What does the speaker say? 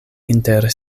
inter